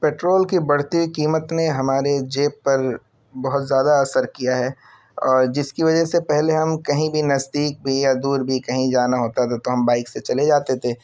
petrol کی بڑھتی ہوئی قیمت نے ہمارے جیب پر بہت زیادہ اثر کیا ہے اور جس کی وجہ سے پہلے ہم کہیں بھی نزدیک بھی یا دور بھی کہیں جانا ہوتا تھا تو ہم بائک سے چلے جاتے تھے